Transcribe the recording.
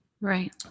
Right